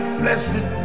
blessed